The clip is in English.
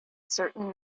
certain